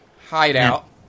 hideout